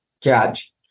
judge